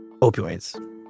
opioids